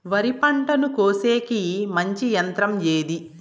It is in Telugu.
వరి పంటను కోసేకి మంచి యంత్రం ఏది?